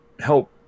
help